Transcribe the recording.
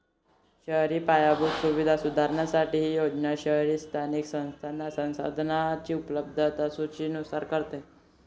शहरी पायाभूत सुविधा सुधारण्यासाठी ही योजना शहरी स्थानिक संस्थांना संसाधनांची उपलब्धता सुनिश्चित करते